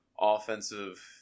offensive